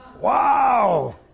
Wow